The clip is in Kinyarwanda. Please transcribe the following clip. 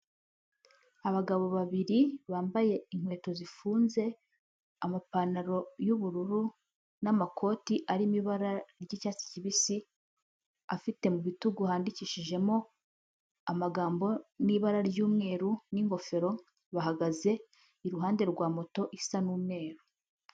Abagabo babiri bambaye inkweto zifunze, amapantaro y'ubururu n'amakoti arimo ibara ry'icyatsi kibisi afite mu bitugu handikishijemo amagambo n'ibara ry'umweru n'ingofero, bahagaze iruhande rwa moto isa n'umweru.